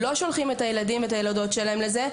לא שולחים את הילדים ואת הילדות שלהם לזה,